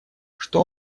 что